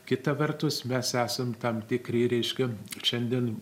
kita vertus mes esam tam tikri reiškia šiandien